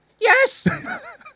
Yes